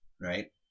right